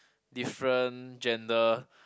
different gender